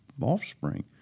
offspring